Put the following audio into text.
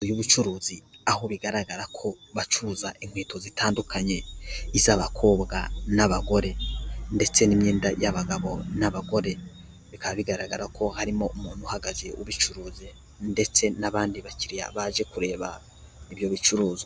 Inzu y'ubucuruzi, aho bigaragara ko bacuruza inkweto zitandukanye, iz'abakobwa n'abagore ndetse n'imyenda y'abagabo n'abagore, bikaba bigaragara ko harimo umuntu uhagaze ubicuruza ndetse n'abandi bakiriya baje kureba ibyo bicuruzwa.